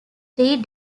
three